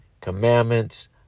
Commandments